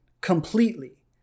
completely